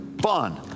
fun